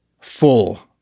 full